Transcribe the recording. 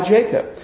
Jacob